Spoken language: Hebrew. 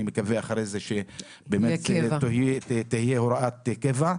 אני מקווה שאחרי זה תהיה הוראת קבע.